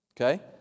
Okay